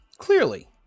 clearly